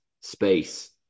space